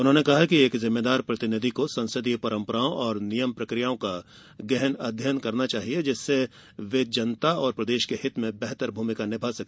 उन्होंने कहा कि एक जिम्मेदार प्रतिनिधि को संसदीय परंपराओं नियम प्रक्रियाओं का हमें गहन अध्ययन करना चाहिए जिससे वह जनता और प्रदेश हित में बेहतर भूमिका निभा सके